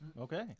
Okay